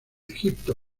egipto